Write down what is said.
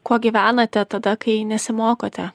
kuo gyvenate tada kai nesimokote